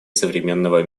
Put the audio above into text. современного